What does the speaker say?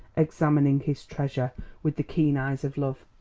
examining his treasure with the keen eyes of love.